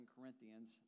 Corinthians